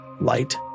light